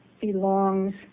belongs